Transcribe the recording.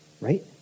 right